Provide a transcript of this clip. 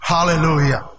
Hallelujah